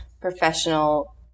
professional